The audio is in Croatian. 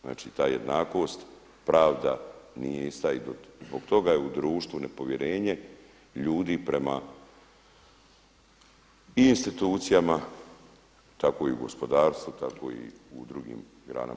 Znači ta jednakost, pravda nije ista i zbog toga je u društvu nepovjerenje ljudi prema i institucijama, tako i u gospodarstvu, tako i u drugim granama.